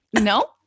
No